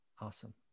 Awesome